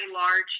large